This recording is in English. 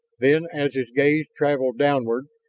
then, as his gaze traveled downward,